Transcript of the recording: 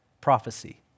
Prophecy